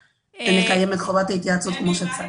ולקיים את חובת ההתייעצות כמו שצריך.